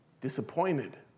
Disappointed